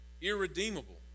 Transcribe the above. irredeemable